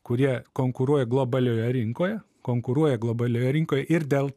kurie konkuruoja globalioje rinkoje konkuruoja globalioje rinkoje ir dėl